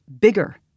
bigger